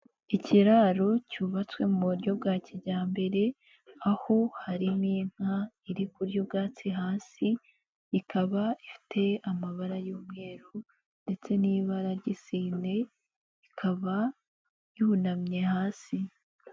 Ikiraro cyubatswe mu buryo bwa kijyambere, aho harimo inka iri kurya ubwatsi hasi ikaba ifite amabara y'umweru ndetse n'ibara ry'isine ikaba yunamye hasi.